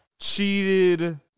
cheated